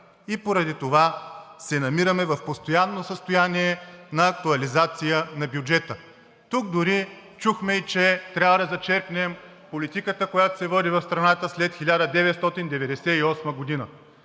и поради това се намираме в постоянно състояние на актуализация на бюджета. Тук дори чухме, че трябва да зачеркнем политиката, която се води в страната след 1998 г.